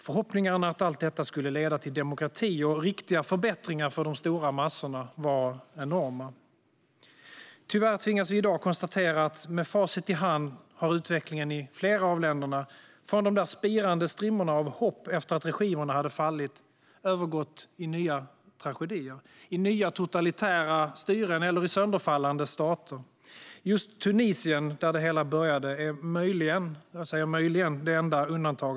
Förhoppningarna att allt detta skulle leda till demokrati och riktiga förbättringar för de stora massorna var enorma. Med facit i hand tvingas vi i dag tyvärr konstatera att utvecklingen i flera av länderna, från de där spirande strimmorna av hopp efter att regimerna hade fallit, har övergått i nya tragedier och i nya totalitära styren eller sönderfallande stater. Just Tunisien, där det hela började, är möjligen - jag säger möjligen - det enda undantaget.